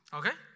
okay